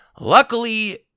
Luckily